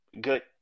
good